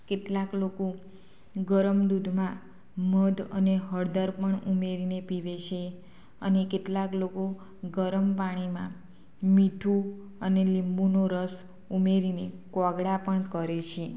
કેટલાક લોકો ગરમ દૂધમાં મધ અને હળદર પણ ઉમેરીને પીવે છે અને કેટલાક લોકો ગરમ પાણીમાં મીઠું અને લીંબુનો રસ ઉમેરીને કોગળા પણ કરે છે